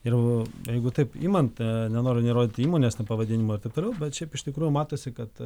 ir jeigu taip imant nenoriu nei rodyti įmonės ten pavadinimo ir taip toliau bet šiaip iš tikrųjų matosi kad